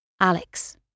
Alex